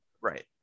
right